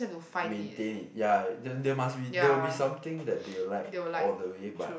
maintain it ya then there must be there will be something they will like all the way but